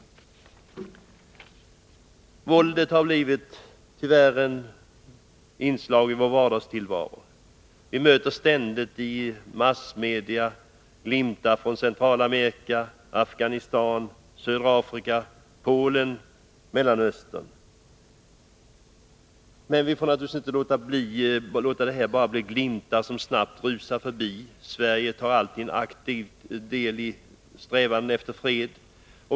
Våldet har tyvärr blivit en del av vår vardagstillvaro. Vi möter det ständigt i massmedias glimtar från Centralamerika, Afghanistan, södra Afrika, Polen och Mellanöstern. Men vi får naturligtvis inte låta det bli glimtar som snabbt rusar förbi. Sverige tar alltid aktiv del i strävandena efter fred.